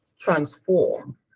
transform